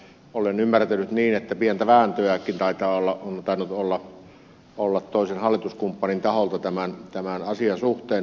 olen ymmärtänyt niin että pientä vääntöäkin on tainnut olla toisen hallituskumppanin taholta tämän asian suhteen